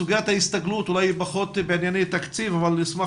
סוגיית ההסתגלות אולי היא פחות בענייני תקציב אבל נשמח